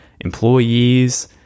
employees